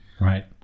right